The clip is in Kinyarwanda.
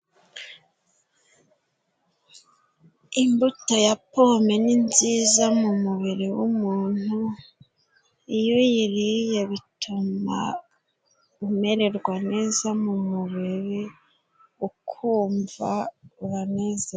Imbuto ya pome ni nziza mu mubiri wumuntu, iyo uyiriye bituma umererwa neza mu mubiri, ukumva uranezerewe.